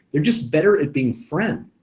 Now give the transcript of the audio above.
they're just better at being friends.